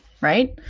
Right